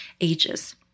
ages